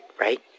right